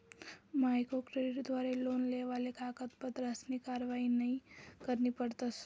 micro क्रेडिटवरी loan लेवाले कागदपत्रसनी कारवायी नयी करणी पडस